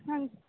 ਹਾਂਜੀ